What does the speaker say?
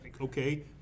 Okay